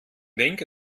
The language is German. denke